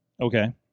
Okay